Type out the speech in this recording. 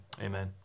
Amen